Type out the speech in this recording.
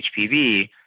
HPV